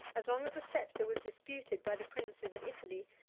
as long as the sceptre was disputed by the princes of italy,